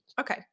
okay